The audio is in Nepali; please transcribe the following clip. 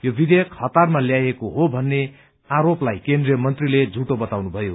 यो विधेयक हतारमा ल्याइएको हो भन्ने आरोपलाई केन्द्रीय मन्त्रीले झूठो बताउनुभयो